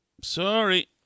Sorry